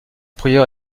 prieure